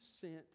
sent